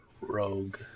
Rogue